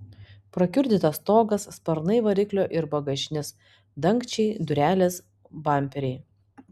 prakiurdytas stogas sparnai variklio ir bagažinės dangčiai durelės bamperiai